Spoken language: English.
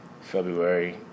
February